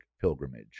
pilgrimage